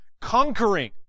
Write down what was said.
conquering